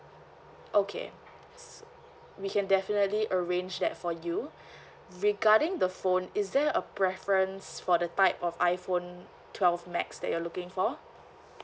okay yes we can definitely arrange that for you regarding the phone is there a preference for the type of iphone twelve max that you're looking for